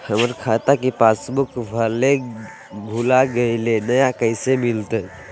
हमर खाता के पासबुक भुला गेलई, नया कैसे मिलतई?